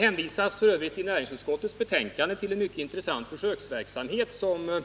Näringsutskottets betänkande hänvisar f.ö. till en mycket intressant försöksverksamhet som